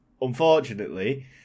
unfortunately